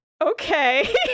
Okay